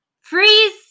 Freeze